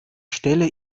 stelle